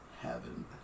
heaven